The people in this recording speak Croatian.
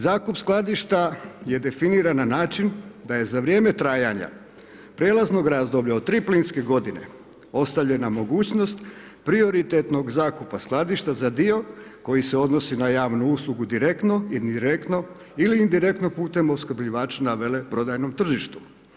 Zakup skladišta je definiran na način, da je za vrijeme trajanja prijelaznog razdoblja od 3 plinske godine, ostavljena mogućnost prioritetnog zakupa skladišta, za dio koji se odnosi na javnu uslugu direktno ili indirektno ili indirektno putem opskrbljivača na veleprodajnom tržištu.